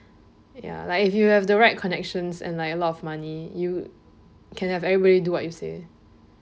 ya like if you have the right connections and like a lot of money you can have everybody do what you say